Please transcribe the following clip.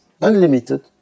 unlimited